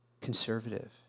conservative